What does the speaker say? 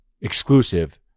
exclusive